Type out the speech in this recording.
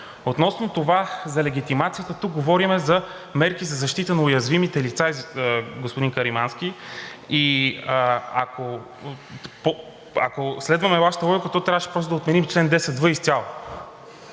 Относно това за легитимацията, тук говорим за мерки за защита на уязвимите лица, господин Каримански. Ако следваме Вашата логика, то трябваше да отменим чл. 10в изцяло.